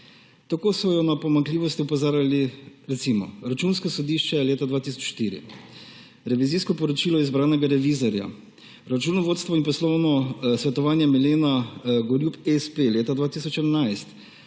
Tako so jo na pomanjkljivost opozarjali, recimo, Računsko sodišče leta 2004, revizijsko poročilo izbranega revizorja, Računovodstvo in poslovno svetovanje Milena Gorjup, s. p., leta 2011,